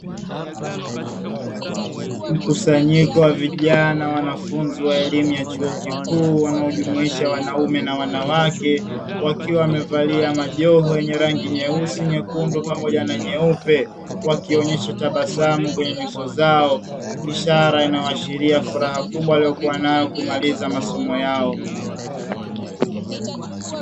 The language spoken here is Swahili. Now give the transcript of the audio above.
Mkusanyiko wa vijana wanafunzi wa elimu ya chuo kikuu wanaojumuisha wanaume na wanawake wakiwa wamevalia majoho yenye rangi nyeusi, nyekundu pamoja na nyeupe wakionyesha tabasamu kwenye nyuso zao ishara inayoashiria furaha kubwa waliokua nayo kumaliza masomo yao.